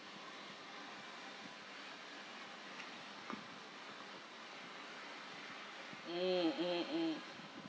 mm mm mm